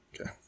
Okay